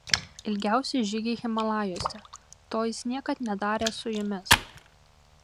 ilgiausi žygiai himalajuose to jis niekad nedarė su jumis